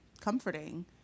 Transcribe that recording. comforting